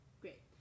Great